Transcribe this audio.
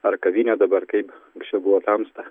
ar kavinė dabar kaip anksčiau buvo tamsta